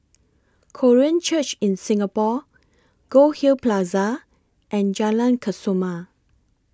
Korean Church in Singapore Goldhill Plaza and Jalan Kesoma